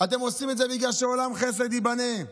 אתם עושים את זה בגלל שעולם חסד ייבנה,